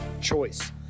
Choice